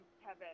Kevin